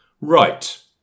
Right